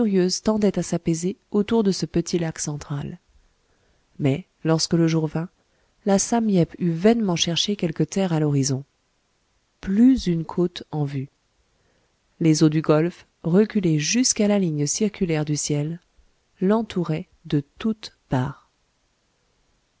tendaient à s'apaiser autour de ce petit lac central mais lorsque le jour vint la sam yep eût vainement cherché quelque terre à l'horizon plus une côte en vue les eaux du golfe reculées jusqu'à la ligne circulaire du ciel l'entouraient de toutes parts